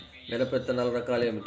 మిరప విత్తనాల రకాలు ఏమిటి?